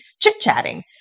chit-chatting